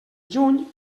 juny